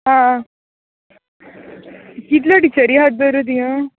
आं कितल्यो टिचरी हात तर थिंगा